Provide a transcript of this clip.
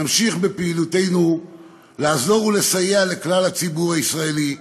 נמשיך בפעילותנו לעזור ולסייע לכלל הציבור הישראלי,